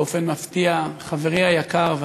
באופן מפתיע חברי היקר,